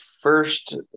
first